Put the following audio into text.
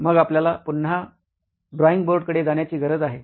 मग आपल्याला पुन्हा ड्रॉईंग बोर्डकडे जाण्याची गरज आहे